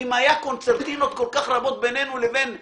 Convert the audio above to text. אם היו קונצרטינות כל כך רבות בינינו לבין עזה,